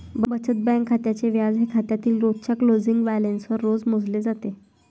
बचत बँक खात्याचे व्याज हे खात्यातील रोजच्या क्लोजिंग बॅलन्सवर रोज मोजले जाते